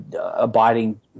abiding